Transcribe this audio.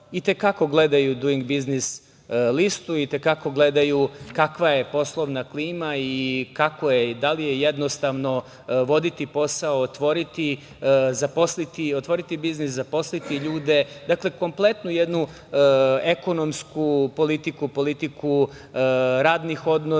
i te kako gledaju duing biznis listu, i te kako gledaju kakva je poslovna klima i da li je jednostavno voditi posao, otvoriti biznis, zaposliti ljude, kompletnu jednu ekonomsku politiku, politiku radnih odnosa,